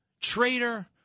Traitor